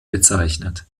bezeichnet